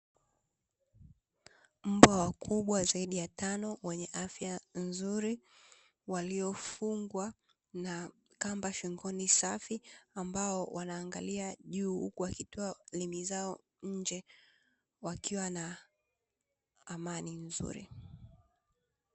Mbwa wakubwa zaid ya tano wenye afya nzuri ,waliofungwa na kamba shambani safi ambao wanaangalia juu wakitoa limi zao nje wakiwa na amani nzuri.